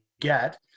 get